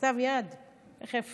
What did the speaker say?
תכף